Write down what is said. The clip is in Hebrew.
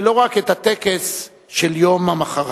ולא רק את הטקס של יום המחרת.